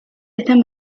ثمن